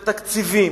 ותקציבים,